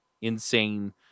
insane